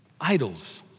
idols